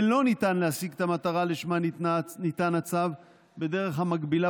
ולא ניתן להשיג את המטרה שלשמה ניתן הצו בדרך המגבילה